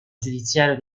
giudiziario